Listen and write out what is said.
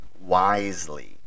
wisely